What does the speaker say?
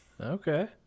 okay